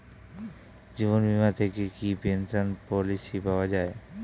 জীবন বীমা থেকে কি পেনশন পলিসি পাওয়া যায়?